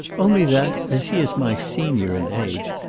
only that, as he is my senior in age,